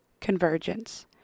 Convergence